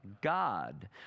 God